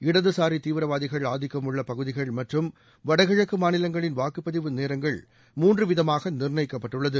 இடதுசாரி தீவிரவாதிகள் ஆதிக்கம் உள்ள பகுதிகள் மற்றும் வடகிழக்கு மாநிலங்களின் வாக்குப் பதிவு நேரங்கள் மூன்று விதமாக நிர்ணயிக்கப்பட்டுள்ளது